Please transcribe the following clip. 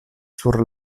sur